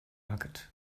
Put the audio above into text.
market